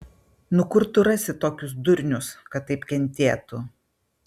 nu kur tu rasi tokius durnius kad taip kentėtų